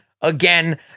Again